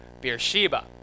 Beersheba